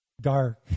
dark